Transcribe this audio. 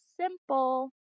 Simple